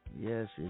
Yes